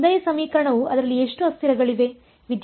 1 ನೇ ಸಮೀಕರಣವು ಅದರಲ್ಲಿ ಎಷ್ಟು ಅಸ್ಥಿರಗಳಿವೆ